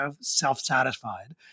self-satisfied